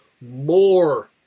more